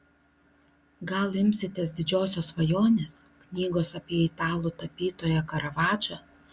gal imsitės didžiosios svajonės knygos apie italų tapytoją karavadžą